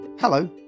Hello